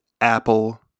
Apple